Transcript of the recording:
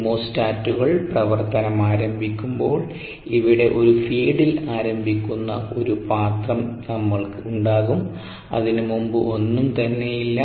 കീമോസ്റ്റാറ്റുകൾ പ്രവർത്തനം ആരംഭിക്കുമ്പോൾ ഇവിടെ ഒരു ഫീഡിൽ ആരംഭിക്കുന്ന ഒരു പാത്രം നമ്മൾക്ക് ഉണ്ടാകും അതിനുമുമ്പ് ഒന്നും തന്നെയില്ല